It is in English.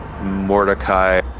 Mordecai